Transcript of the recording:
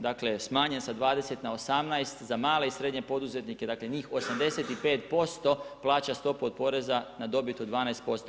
Dakle smanjen sa 20 na 18 za male i srednje poduzetnike, dakle, njih 85% plaća stopu od poreza na dobit od 12%